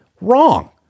Wrong